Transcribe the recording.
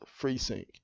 FreeSync